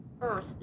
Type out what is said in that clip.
earth